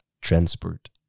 Transport